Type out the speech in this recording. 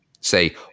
say